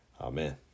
Amen